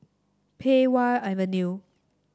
Pei Wah Avenue